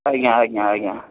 ଆଜ୍ଞା ଆଜ୍ଞା ଆଜ୍ଞା